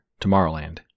Tomorrowland